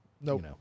No